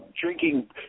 drinking